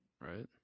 Right